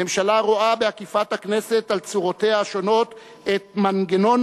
הממשלה רואה בעקיפת הכנסת על צורותיה השונות את מנגנון